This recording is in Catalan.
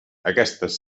aquestes